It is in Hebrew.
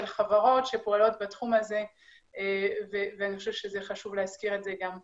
חברות שפועלות בתחום הזה ואני חושבת שחשוב להזכיר את זה גם פה.